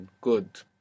good